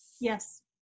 Yes